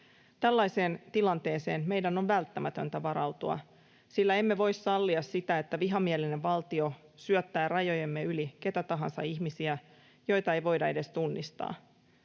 Tällaiseen tilanteeseen meidän on välttämätöntä varautua, sillä emme voi sallia sitä, että vihamielinen valtio syöttää rajojemme yli keitä tahansa ihmisiä, joita ei voida edes tunnistaa.